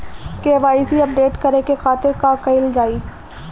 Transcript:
KYC update करे के खातिर का कइल जाइ?